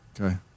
Okay